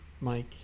Mike